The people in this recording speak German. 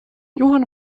johann